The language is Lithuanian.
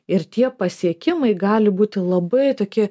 ir tie pasiekimai gali būti labai toki